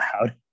Loud